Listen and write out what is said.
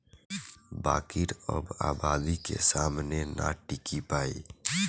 बाकिर अब आबादी के सामने ना टिकी पाई